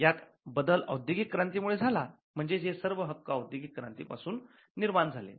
यात बदल औद्योगिक क्रांती मुळे झाला म्हणजेच हे सर्व हक्क औद्योगिक क्रांती पासून निर्माण झालेत